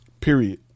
period